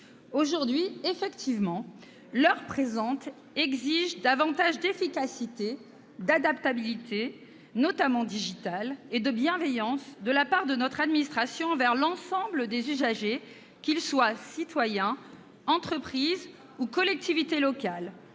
Aujourd'hui, effectivement, l'heure présente exige davantage d'efficacité, d'adaptabilité, notamment digitale, et de bienveillance de la part de notre administration envers l'ensemble des usagers, qu'ils soient citoyens, entreprises ou collectivités locales-